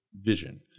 vision